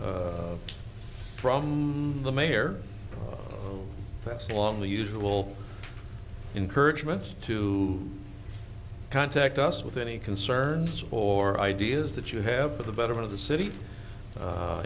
from the mayor that's along the usual encouragement to contact us with any concerns or ideas that you have for the betterment of the city